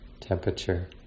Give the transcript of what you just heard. temperature